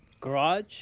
garage